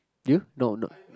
you no no